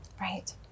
Right